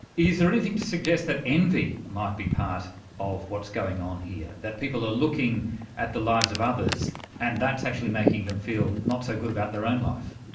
is there anything to suggest that envy might be part of what's going on here, that people are looking at the lives of others and that's actually making them feel not so good about their own life?